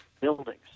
buildings